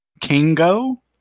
Kingo